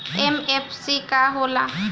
MFC का हो़ला?